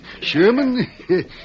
Sherman